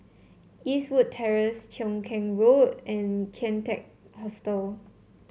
Eastwood Terrace Cheow Keng Road and Kian Teck Hostel